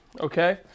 Okay